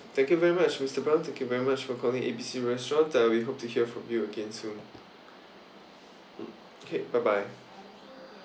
thank you very much mister brown thank you very much for calling A B C restaurant uh we hope to hear from you again soon okay bye bye